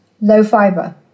low-fiber